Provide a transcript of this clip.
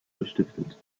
gestiftet